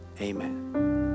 Amen